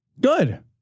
Good